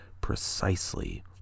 precisely